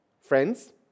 Friends